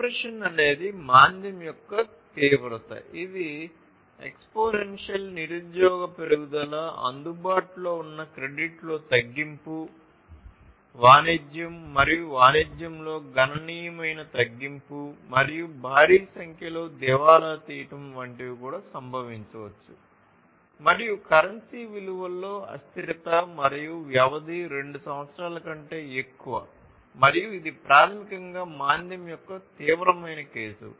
depression అనేది మాంద్యం యొక్క తీవ్రత ఇది ఎక్స్పోనెన్షియల్ నిరుద్యోగ పెరుగుదల అందుబాటులో ఉన్న క్రెడిట్లో తగ్గింపు వాణిజ్యం మరియు వాణిజ్యంలో గణనీయమైన తగ్గింపు మరియు భారీ సంఖ్యలో దివాలా తీయడం వంటివి కూడా సంభవించవచ్చు మరియు కరెన్సీ విలువలో అస్థిరత మరియు వ్యవధి రెండు సంవత్సరాల కన్నా ఎక్కువ మరియు ఇది ప్రాథమికంగా మాంద్యం యొక్క తీవ్రమైన కేసు